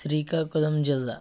శ్రీకాకుళం జిల్లా